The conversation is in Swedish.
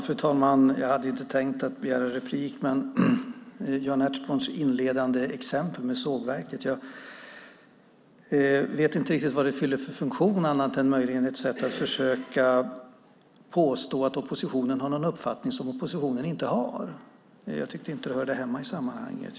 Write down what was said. Fru talman! Jan Ertsborn inledde med exemplet sågverk. Jag vet inte riktigt vad det fyller för funktion annat än att det möjligen är ett sätt att försöka påstå att oppositionen har en uppfattning som oppositionen inte har. Jag tycker inte att det hörde hemma i sammanhanget.